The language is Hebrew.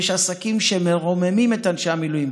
יש עסקים שמרוממים את אנשי המילואים,